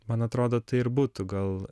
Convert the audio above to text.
man atrodo tai ir būtų gal